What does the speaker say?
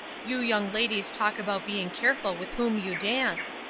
you young ladies talk about being careful with whom you dance.